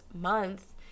month